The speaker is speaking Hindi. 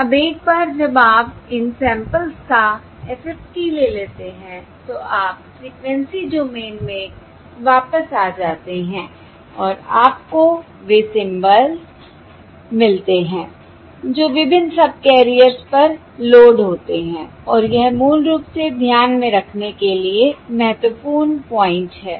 अब एक बार जब आप इन सैंपल्स का FFT ले लेते हैं तो आप फ़्रीक्वेंसी डोमेन में वापस आ जाते हैं और आपको वे सिंबल्स मिलते हैं जो विभिन्न सबकैरियर्स पर लोड होते हैं और यह मूल रूप से ध्यान में रखने के लिए महत्वपूर्ण पॉइंट है